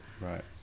Right